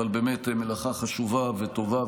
אבל באמת מלאכה חשובה וטובה,